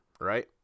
right